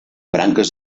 branques